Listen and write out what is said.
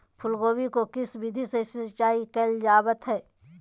फूलगोभी को किस विधि से सिंचाई कईल जावत हैं?